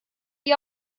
dir